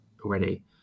already